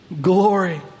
Glory